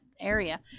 area